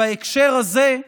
בהקשר הזה,